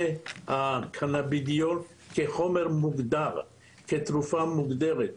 והקנאבידיול כחומר מוגדר, כתרופה מוגדרת,